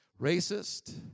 racist